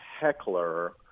heckler